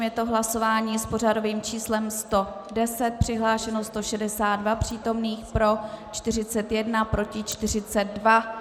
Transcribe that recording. Je to hlasování s pořadovým číslem 110, přihlášeno 162 přítomných, pro 41, proti 42.